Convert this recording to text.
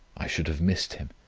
i should have missed him.